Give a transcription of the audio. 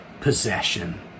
possession